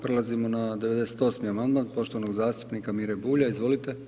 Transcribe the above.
Prelazimo na 98. amandman poštovanog zastupnika Mire Bulja, izvolite.